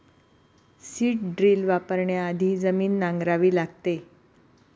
seed drill वापरण्याआधी जमीन नांगरावी लागते